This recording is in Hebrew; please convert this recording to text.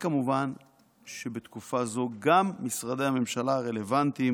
כמובן שבתקופה זו גם משרדי הממשלה הרלוונטיים